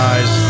Eyes